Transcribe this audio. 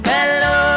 Hello